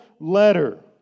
letter